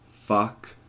fuck